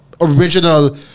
original